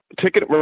ticket